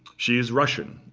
she is russian.